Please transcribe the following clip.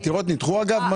העתירות נדחו, אגב?